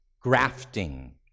grafting